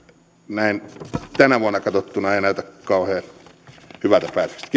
näin tänä vuonna katsottuna ei näytä kauhean hyvältä